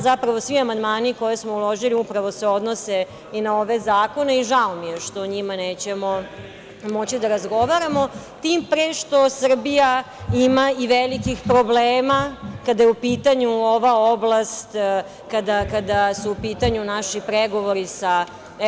Zapravo, svi amandmani, koje smo uložili, se odnose na ove zakone i žao mi je što o njima nećemo moći da razgovaramo, tim pre što Srbija ima i velikih problema kada je u pitanju ova oblast, kada su u pitanju naši pregovori sa EU.